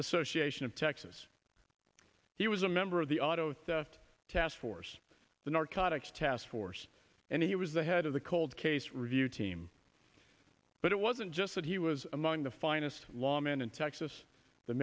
association of texas he was a member of the auto theft task force the narcotics task force and he was the head of the cold case review team but it wasn't just that he was among the finest law men in texas th